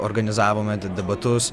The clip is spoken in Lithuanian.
organizavome ten debatus